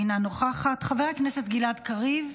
אינה נוכחת, חבר הכנסת גלעד קריב,